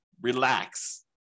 relax